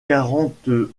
quarante